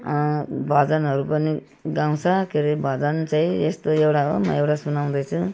भजनहरू पनि गाउँछ के अरे भजन चाहिँ यस्तो एउटा हो म एउटा सुनाउँदै छु